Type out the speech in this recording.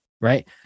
Right